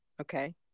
okay